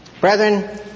Brethren